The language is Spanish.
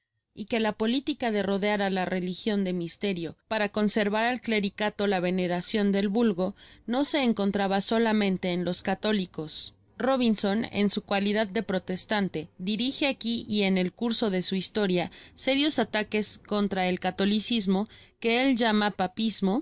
y que la politica de rodear á la religion de misterio para conservar al clericato la veneracion del vulgo no se encontraba solamente en los católicos sino tam il kobinson en su cualidad de protestante dirije aqui y el curso de su historia serios ataques contra el catolicismo